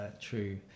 true